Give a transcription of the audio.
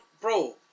Bro